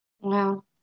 Wow